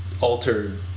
altered